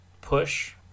push